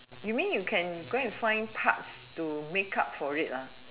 you mean you can go and find parts to look out for it